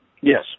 Yes